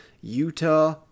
Utah